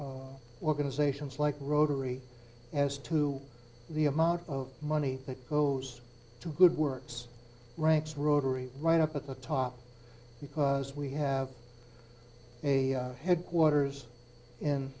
profit organizations like rotary as to the amount of money that goes to good works ranks rotary right up at the top because we have a headquarters in